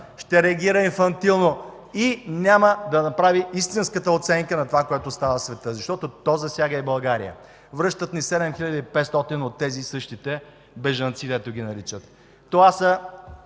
ще реагира инфантилно и няма да направи истинската оценка на това, което става в света, защото то засяга и България? Връщат ни 7500 от тези същите бежанци, както ги наричат. Това са